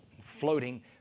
floating